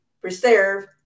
preserve